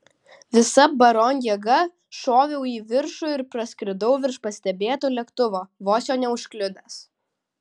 visa baron jėga šoviau į viršų ir praskridau virš pastebėto lėktuvo vos jo neužkliudęs